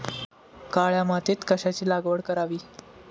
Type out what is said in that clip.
काळ्या मातीत कशाची लागवड करावी?